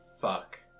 Fuck